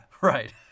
right